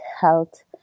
health